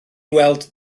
weld